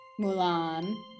Mulan